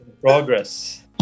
progress